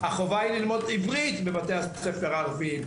החובה היא ללמוד עברית בבתי הספר הערביים,